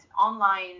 online